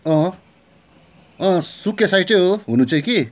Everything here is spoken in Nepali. सुकिया साइटै हो हुनु चाहिँं कि